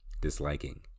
disliking